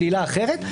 של עילה אחרת,